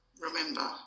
remember